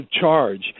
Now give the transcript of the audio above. charge